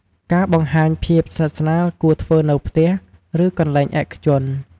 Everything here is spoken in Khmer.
ការបង្ហាញភាពស្និទ្ធស្នាលគួរធ្វើនៅផ្ទះ ឬកន្លែងឯកជន។